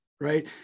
right